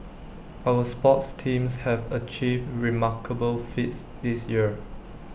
our sports teams have achieved remarkable feats this year